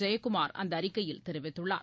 ஜெயகுமார் அந்தஅறிக்கையில் தெரிவித்துள்ளார்